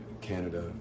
Canada